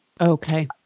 Okay